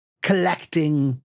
collecting